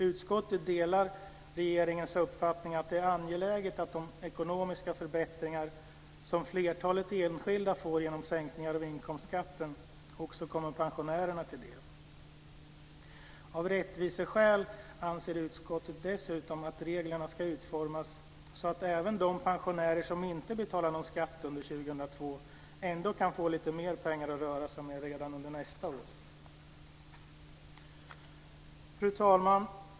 Utskottet delar regeringens uppfattning att det är angeläget att de ekonomiska förbättringar som flertalet enskilda får genom sänkningar av inkomstskatten också kommer pensionärerna till del. Av rättviseskäl anser utskottet dessutom att reglerna ska utformas så att även de pensionärer som inte betalar någon skatt under 2002 kan få lite mer pengar att röra sig med redan under nästa år. Fru talman!